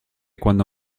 cuando